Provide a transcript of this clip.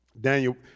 Daniel